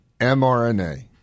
mRNA